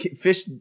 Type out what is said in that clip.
Fish